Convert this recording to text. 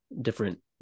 different